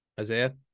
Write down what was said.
Isaiah